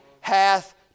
hath